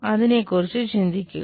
അതിനെക്കുറിച്ച് ചിന്തിക്കുക